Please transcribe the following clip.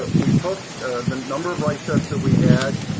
but we took the number of wricefs that we had,